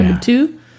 two